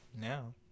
Now